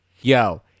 Yo